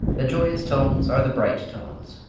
the joyous tones are the bright tones.